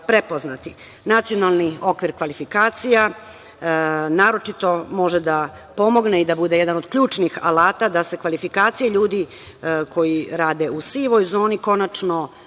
prepoznati. Nacionalni okvir kvalifikacija naročito može da pomogne i da bude jedan od ključnih alata da se kvalifikacije ljudi koji rade u sivoj zoni konačno